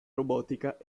robotica